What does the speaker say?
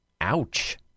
Ouch